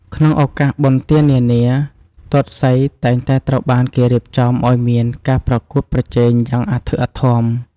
ក្នុងឱកាសបុណ្យទាននានា ទាត់សីតែងតែត្រូវបានគេរៀបចំឱ្យមានការប្រកួតប្រជែងយ៉ាងអធិកអធម។